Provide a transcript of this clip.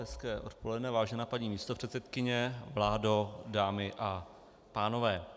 Hezké odpoledne, vážená paní místopředsedkyně, vládo, dámy a pánové.